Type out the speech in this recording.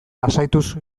lasaituz